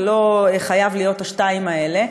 זה לא חייב להיות השתיים האלה.